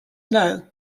know